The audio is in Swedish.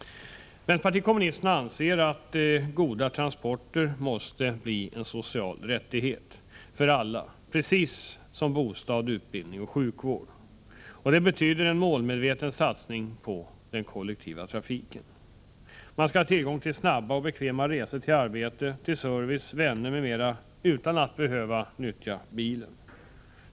Vänsterpartiet kommunisterna anser att goda transporter måste bli en social rättighet för alla precis som bostad, utbildning och sjukvård. Det betyder en målmedveten satsning på den kollektiva trafiken. Man skall ha tillgång till snabba och bekväma resor till arbete, service, vänner m.m. utan att behöva nyttja bilen.